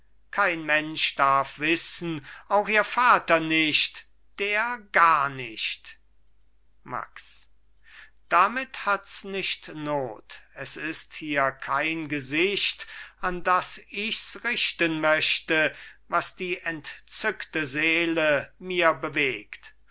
kein mensch darf wissen auch ihr vater nicht der gar nicht max damit hats nicht not es ist hier kein gesicht an das ichs richten möchte was die entzückte seele mir bewegt